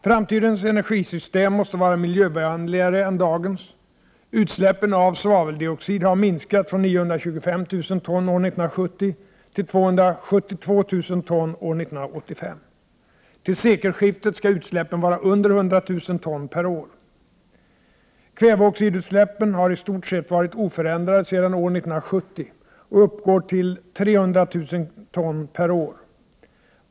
Framtidens energisystem måste vara miljövänligare än dagens. Utsläppen av svaveldioxid har minskat från 925 000 ton år 1970 till 272 000 ton år 1985. Till sekelskiftet skall utsläppen vara under 100 000 ton per år. Kväveoxidutsläppen har i stort sett varit oförändrade sedan år 1970 och uppgår till 300 000 ton per år.